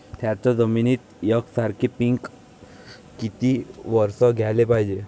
थ्याच जमिनीत यकसारखे पिकं किती वरसं घ्याले पायजे?